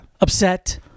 Upset